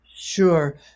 sure